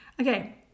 Okay